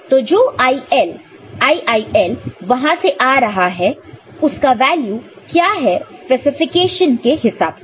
तो जो IIL वहां से आ रहा है उसका वैल्यू क्या है स्पेसिफिकेशन के हिसाब से